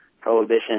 prohibition